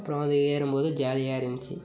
அப்புறம் வந்து ஏறும்போது ஜாலியாக இருந்துச்சு